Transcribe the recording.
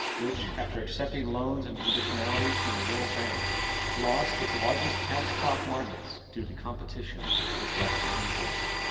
which after accepting loans and conditionalities from the worldbank lost it's largest cash crop markets due to competition with western imports.